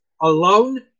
alone